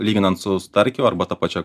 lyginant su starkio arba ta pačia